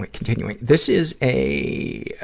continuing, this is a, ah,